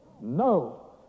No